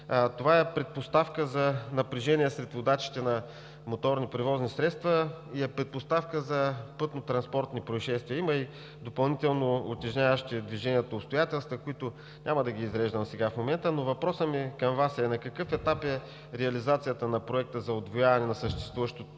Това е предпоставка за напрежение сред водачите на моторни превозни средства и предпоставка за пътнотранспортни произшествия. Има допълнително утежняващи движението обстоятелства, които няма да изреждам в момента, но въпросът ми към Вас е: на какъв етап е реализацията на Проекта за удвояване на съществуващото